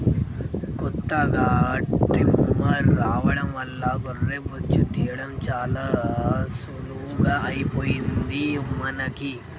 కొత్తగా ట్రిమ్మర్ రావడం వల్ల గొర్రె బొచ్చు తీయడం చాలా సులువుగా అయిపోయింది మనకి